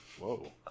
Whoa